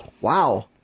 Wow